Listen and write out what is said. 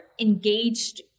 engaged